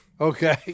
Okay